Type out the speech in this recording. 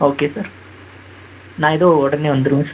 okay sir நான் இதோ உடனே வந்துருவேன் சார்